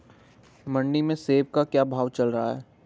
मंडी में सेब का क्या भाव चल रहा है?